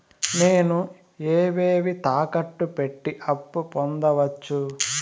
నేను ఏవేవి తాకట్టు పెట్టి అప్పు పొందవచ్చు?